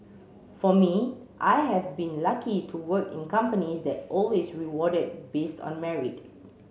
for me I have been lucky to work in companies that always rewarded based on merit